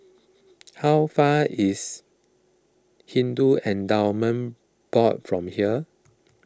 how far is Hindu Endowment Board from here